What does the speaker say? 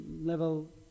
level